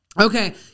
okay